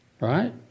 right